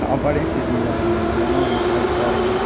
சாப்பாடே சரி இல்லண்ணா நீங்கள் வேணும்னா வந்து சாப்பிட்டு பாருங்கள்